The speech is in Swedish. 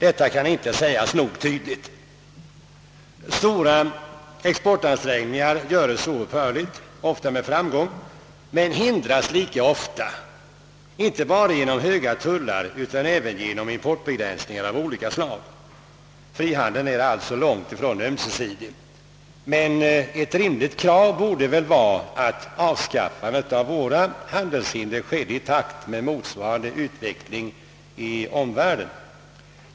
Detta kan inte sägas nog tydligt. Stora exportansträngningar görs oupphörligt, ofta med framgång, men hindras lika ofta inte bara genom höga tullar utan även genom importbegränsningar av olika slag. Frihandeln är alltså långt ifrån ömsesidig, men ett rimligt krav borde väl vara att avskaffandet av våra handelshinder sker i takt med motsvarande utveckling i omvärlden.